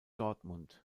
dortmund